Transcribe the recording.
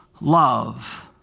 love